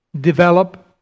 develop